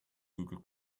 google